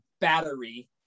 Battery